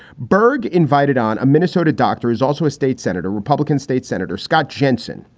berg invited on. a minnesota doctor is also a state senator, republican state senator scott jensen,